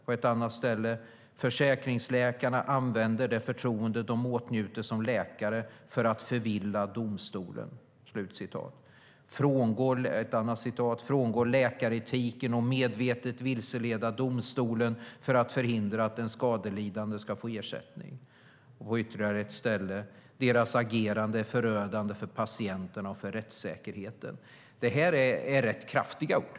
På ett annat ställe står det att "försäkringsläkarna använder det förtroende de åtnjuter som läkare för att förvilla domstolen". Ett annat citat handlar om att läkare helt kan "frångå läkaretiken och medvetet vilseleda domstolen för att förhindra att den skadelidande ska få ersättning". På ytterligare ett ställe står det att "deras agerande är förödande för patienterna och för rättssäkerheten". Det här är rätt kraftiga ord.